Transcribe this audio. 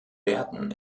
werten